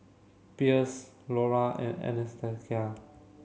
Pierce Laura and Anastacia